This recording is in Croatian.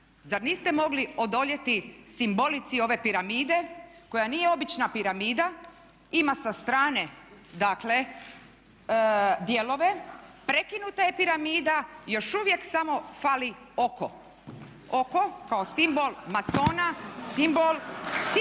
zar niste mogli odoljeti simbolici ove piramide koja nije obična piramida, ima sa strane dakle dijelove, prekinuta je piramida i još uvijek samo fali oko. Oko kao simbol masona simbol iluminata.